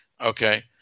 Okay